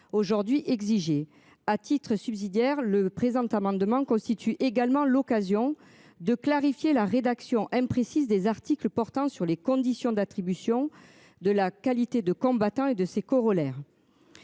aujourd'hui exigé à titre subsidiaire le présent amendement constitue également l'occasion de clarifier la rédaction imprécise des articles portant sur les conditions d'attribution de la qualité de combattants et de ses corollaires.